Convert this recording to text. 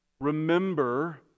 Remember